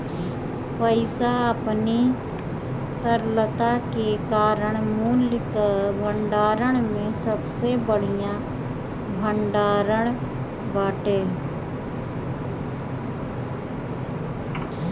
पईसा अपनी तरलता के कारण मूल्य कअ भंडारण में सबसे बढ़िया भण्डारण बाटे